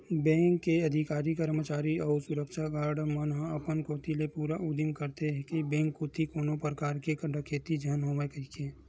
bank के अधिकारी, करमचारी अउ सुरक्छा गार्ड मन अपन कोती ले पूरा उदिम करथे के बेंक कोती कोनो परकार के डकेती झन होवय कहिके